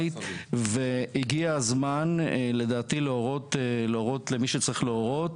הגיע הזמן לדעתי להורות למי שצריך להורות